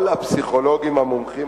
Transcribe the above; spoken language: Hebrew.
כל הפסיכולוגים המומחים,